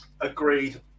Agreed